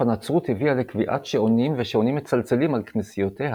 הנצרות הביאה לקביעת שעונים ושעונים מצלצלים על כנסיותיה,